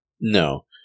No